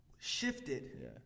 shifted